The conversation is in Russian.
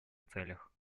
целях